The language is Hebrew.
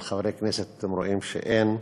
אבל חברי כנסת אתם רואים שאין.